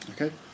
Okay